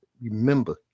Remember